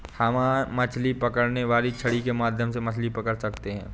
हम मछली पकड़ने वाली छड़ी के माध्यम से मछली पकड़ सकते हैं